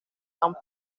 and